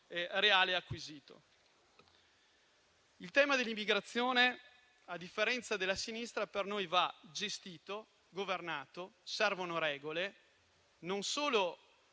reale e acquisito. Il tema dell'immigrazione, a differenza della sinistra, per noi va gestito, governato, per cui servono regole non solo